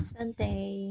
Sunday 。